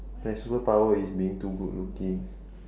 my superpower is being too good looking